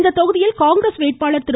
இத்தொகுதியில் காங்கிரஸ் வேட்பாளர் திரு